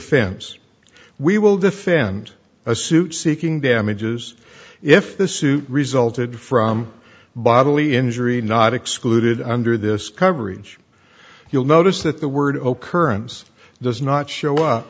defense we will defend a suit seeking damages if the suit resulted from bodily injury not excluded under this coverage you'll notice that the word ocurred ends does not show up